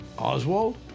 Oswald